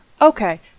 Okay